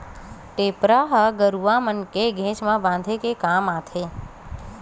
टेपरा ह गरुवा मन के घेंच म बांधे के काम आथे